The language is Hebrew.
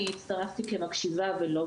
אני הצטרפתי כמקשיבה ולא